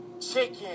chicken